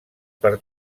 per